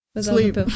sleep